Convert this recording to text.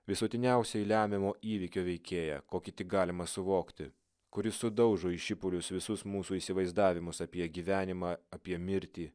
visuotiniausiai lemiamo įvykio veikėją kokį tik galima suvokti kuris sudaužo į šipulius visus mūsų įsivaizdavimus apie gyvenimą apie mirtį